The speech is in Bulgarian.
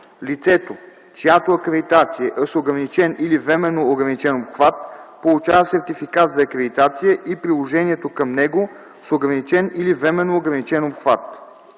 Лицето, чиято акредитация е с ограничен или временно ограничен обхват, получава сертификат за акредитация и приложението към него с ограничен или временно ограничен обхват.”